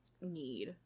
need